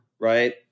right